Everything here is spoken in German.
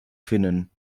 finnen